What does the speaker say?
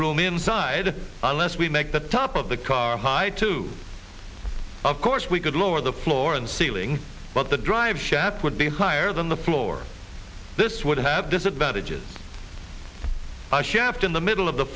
room inside unless we make the top of the car high too of course we could lower the floor and ceiling but the drive shaft would be higher than the floor this would have disadvantages a shaft in the middle of the